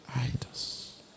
idols